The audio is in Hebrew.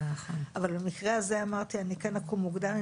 אבל במקרה הזה אמרתי שכן אקום מוקדם.